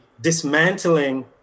dismantling